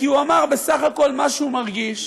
כי הוא אמר בסך הכול מה שהוא מרגיש,